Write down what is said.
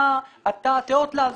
אתה תיאות לעזור.